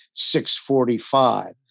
645